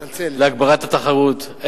להגברת התחרות.